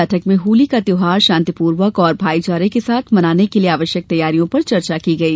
बैठक में होली का त्यौहार शांतिपूर्वक एवं भाईचारे के साथ मनाने के लिये आवश्यक तैयारियों पर चर्चा की गयी